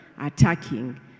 attacking